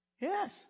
Yes